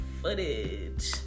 footage